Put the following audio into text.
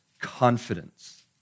confidence